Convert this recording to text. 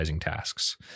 tasks